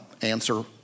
answer